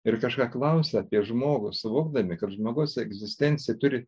ir kažką klausia apie žmogų suvokdami kad žmogaus egzistencija turi